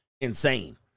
insane